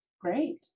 Great